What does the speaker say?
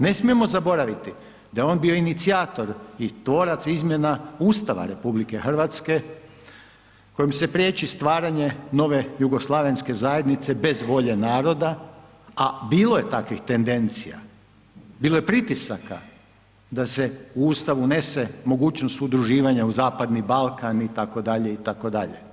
Ne smijemo zaboraviti da je on bio inicijator i tvorac izmjena Ustava RH kojim se priječi stvaranje nove jugoslavenske zajednice bez volje naroda, a bilo je takvih tendencija, bilo je pritisaka da se u Ustav unese mogućnost udruživanja u zapadni Balkan itd. itd.